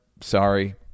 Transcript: sorry